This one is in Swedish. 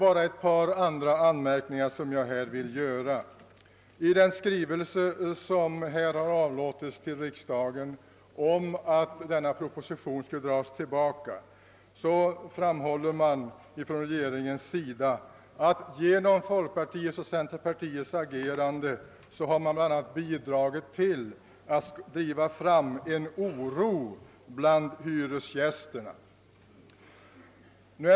Jag skall endast göra ett par andra anmärkningar. gas tillbaka, framhåller regeringen, att folkpartiet och centerpartiet genom sitt agerande bl.a. har bidragit till att skapa oro bland hyresgästerna.